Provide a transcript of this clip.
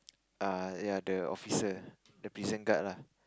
err ya the officer the prison guard lah